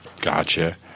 Gotcha